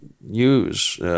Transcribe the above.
use